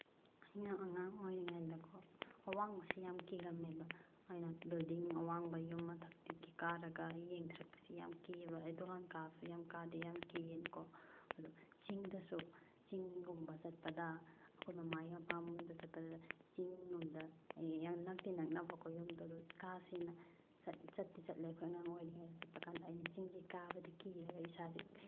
ꯑꯩꯅ ꯑꯉꯥꯡ ꯑꯣꯏꯔꯤꯉꯥꯏꯗꯀꯣ ꯑꯋꯥꯡꯕꯁꯦ ꯌꯥꯝ ꯀꯤꯔꯝꯃꯦꯕ ꯑꯩꯅ ꯕꯤꯜꯗꯤꯡ ꯑꯋꯥꯡꯕ ꯌꯨꯝ ꯃꯊꯛꯇꯒꯤ ꯀꯥꯔꯒ ꯌꯦꯡꯊꯔꯛꯄꯁꯤ ꯌꯥꯝ ꯀꯤꯌꯦꯕ ꯑꯩ ꯗꯣꯂꯥꯟ ꯀꯥꯕꯁꯨ ꯌꯥꯝ ꯀꯥꯗꯦ ꯌꯥꯝ ꯀꯤꯌꯦꯕꯀꯣ ꯑꯗꯨ ꯆꯤꯡꯗꯁꯨ ꯆꯤꯡꯒꯨꯝꯕ ꯆꯠꯄꯗ ꯑꯩꯈꯣꯏ ꯃꯃꯥꯒꯤ ꯃꯄꯥꯝꯗ ꯆꯠꯄꯗꯨꯗ ꯆꯤꯡꯒꯨꯝꯗ ꯌꯥꯝ ꯅꯛꯇꯤ ꯅꯛꯅꯕꯀꯣ ꯌꯨꯝꯗꯣ ꯑꯗꯨ ꯀꯥꯁꯦꯅ ꯆꯠꯇꯤ ꯆꯠꯂꯦ ꯑꯩꯈꯣꯏ ꯑꯉꯥꯡ ꯑꯣꯏꯔꯤꯉꯩꯗ ꯆꯠꯄꯀꯥꯟꯗ ꯑꯩꯅ ꯆꯤꯡꯁꯤ ꯀꯥꯕꯗꯤ ꯀꯤꯔꯒ ꯏꯁꯥꯁꯦ